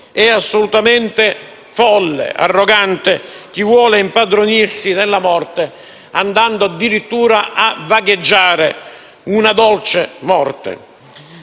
È assolutamente folle e arrogante chi vuole impadronirsi della morte andando addirittura a vagheggiare una dolce morte.